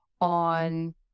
on